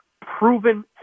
proven